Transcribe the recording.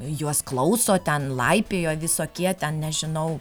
juos klauso ten laipioja visokie ten nežinau